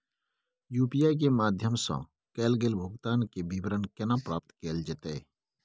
UPI के माध्यम सं कैल गेल भुगतान, के विवरण केना प्राप्त कैल जेतै?